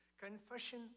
Confession